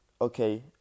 okay